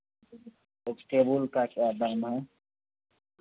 ओ table का क्या दाम है